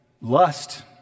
lust